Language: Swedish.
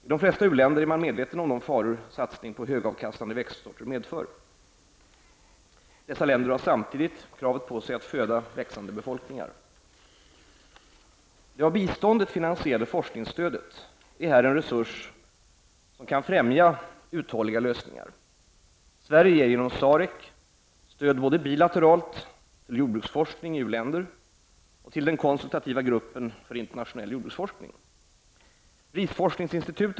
I de flesta u-länder är man medveten om de faror satsning på högavkastande växtsorter medför. Dessa länder har samtidigt kravet på sig att föda växande befolkningar. Det av biståndet finansierade forskningsstödet utgör här en resurs för att främja uthålliga lösningar. Sverige ger genom SAREC stöd både bilateralt till jordbruksforskning i u-länder och till den konsultativa gruppen för internationell jordbruksforskning.